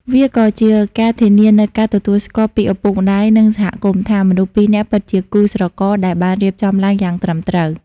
វាក៏ជាការធានានូវការទទួលស្គាល់ពីឪពុកម្ដាយ និងសហគមន៍ថា មនុស្សពីរនាក់ពិតជាគូស្រករដែលបានរៀបចំឡើងយ៉ាងត្រឹមត្រូវ។